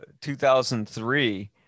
2003